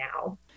now